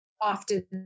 often